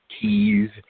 keys